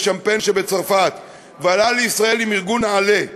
שמפיין שבצרפת ועלה לישראל עם ארגון נעל"ה,